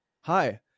hi